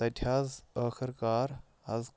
تَتہِ حظ ٲخٕر کار حظ